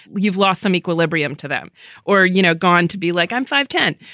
you've lost some equilibrium to them or, you know, gone to be like, i'm five ten.